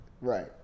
Right